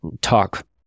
talk